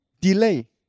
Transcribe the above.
delay